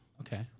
Okay